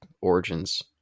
origins